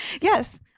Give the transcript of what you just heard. Yes